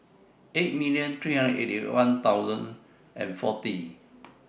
eight million three hundred and eighty thousand and forty